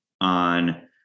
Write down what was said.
on